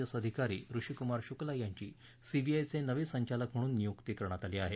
S अधिकारी ऋषिक्मार शुक्ला यांची सीबीआयचे नवे संचालक म्हणून नियुक्ती करण्यात आली आहे